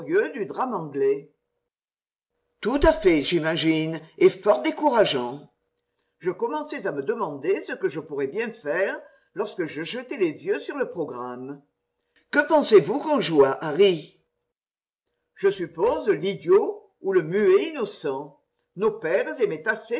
du drame anglais tout à fait j'imagine et fort décourageant je commençais à me demander ce que je pourrais bien faire lorsque je jetai les yeux sur le programme que pensez-vous qu'on jouât harry je suppose yidiot ou le muet innocent nos pères